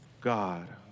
God